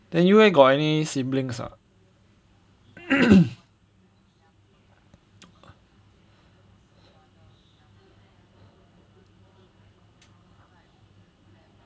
then you eh got any siblings not